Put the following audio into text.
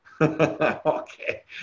Okay